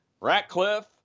Ratcliffe